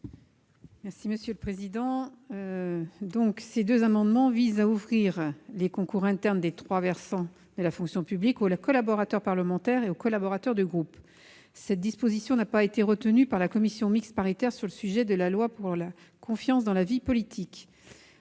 de la commission ? Ces deux amendements visent à ouvrir les concours internes des trois versants de la fonction publique aux collaborateurs parlementaires et aux collaborateurs de groupe. Cette disposition n'a pas été retenue par la commission mixte paritaire sur le projet de loi pour la confiance dans la vie politique.